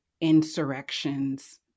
insurrections